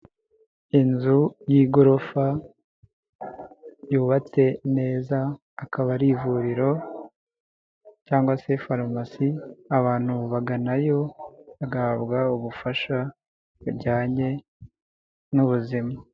Inzu y'igorofa yubatse neza, akaba ari ivuriro cyangwa se farumasi, abantu baganayo gahabwa ubufasha bujyanye n'ubuzima.